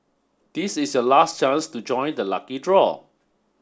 this is your last chance to join the lucky draw